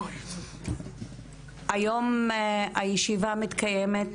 היום הישיבה מתקיימת